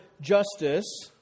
justice